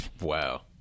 Wow